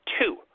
Two